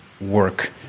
work